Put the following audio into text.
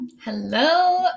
Hello